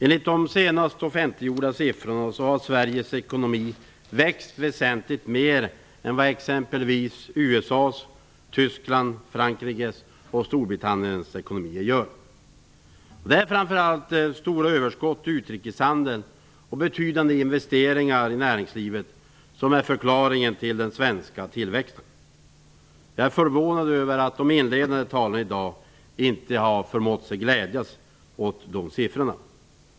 Enligt de senaste offentliggjorda siffrorna har Sveriges ekonomi växt väsentligt mer än exempelvis USA:s, Tysklands, Det är framför allt stora överskott i utrikeshandeln och betydande investeringar i näringslivet som är förklaringen till den svenska tillväxten. Jag är förvånad över att de inledande talarna i dag inte har förmått glädja sig över de siffrorna.